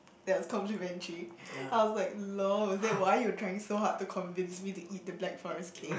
that was complimentary I was like lol is that why you were trying so hard to convince me to eat the black forest cake